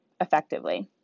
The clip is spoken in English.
effectively